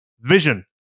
Vision